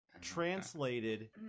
translated